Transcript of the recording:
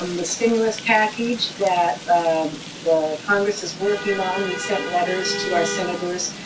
um the stimulus package that the congress is working on. we sent letters to our senators,